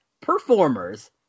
performers